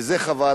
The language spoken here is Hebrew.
וזה חבל.